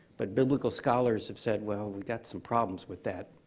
but biblical scholars have said, well, we've got some problems with that,